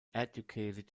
educated